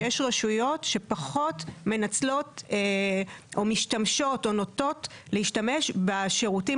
יש רשויות שפחות מנצלות או נוטות להשתמש בשירותים